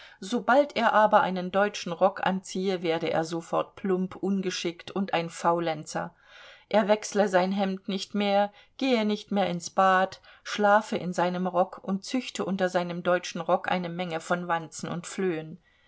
sobald er aber einen deutschen rock anziehe werde er sofort plump ungeschickt und ein faulenzer er wechsle sein hemd nicht mehr gehe nicht mehr ins bad schlafe in seinem rock und züchte unter seinem deutschen rock eine menge von wanzen und flöhen